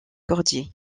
cordier